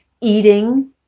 eating